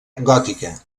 gòtica